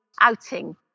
outing